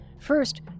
First